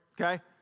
Okay